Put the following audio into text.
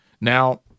Now